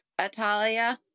Atalia